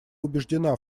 убеждена